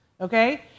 okay